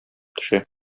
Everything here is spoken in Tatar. төшә